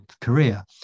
Korea